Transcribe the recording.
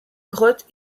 grottes